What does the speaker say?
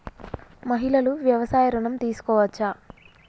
మహిళలు వ్యవసాయ ఋణం తీసుకోవచ్చా?